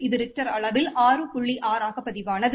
இது ரிக்டர் அளவில் ஆறு புள்ளி ஆறாக பதிவானது